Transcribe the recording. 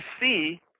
see